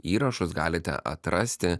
įrašus galite atrasti